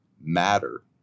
matter